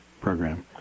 program